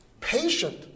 patient